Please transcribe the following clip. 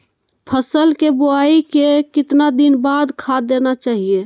फसल के बोआई के कितना दिन बाद खाद देना चाइए?